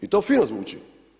I to fino zvuči.